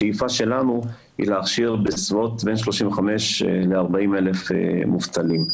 השאיפה שלנו היא להכשיר 35,000-40,000 מובטלים.